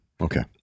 Okay